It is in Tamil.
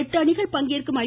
எட்டு அணிகள் பங்கேற்கும் ஐ